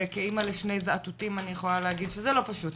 וכאמא לשני זאטוטים אני יכולה להגיד שזה לא פשוט